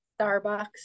Starbucks